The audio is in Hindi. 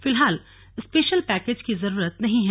फिलहाल स्पेशल पैकेज की जरूरत नहीं है